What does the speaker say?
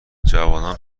جوانان